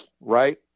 Right